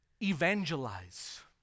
evangelize